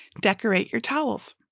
decorate your towels.